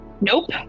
Nope